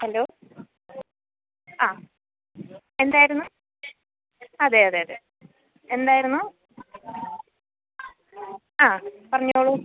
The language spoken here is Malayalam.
ഹലോ ആ എന്തായിരുന്നു അതെ അതെ അതെ എന്തായിരുന്നു ആ പറഞ്ഞോളൂ